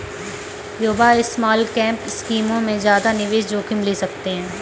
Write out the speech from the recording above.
युवा स्मॉलकैप स्कीमों में ज्यादा निवेश जोखिम ले सकते हैं